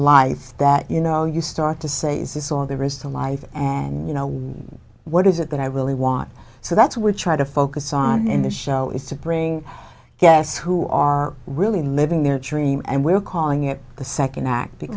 life that you know you start to say is this all there is to life and you know what is it that i really want so that's what we're trying to focus on in the show is to bring guests who are really living their dream and we're calling it the second act